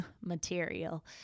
material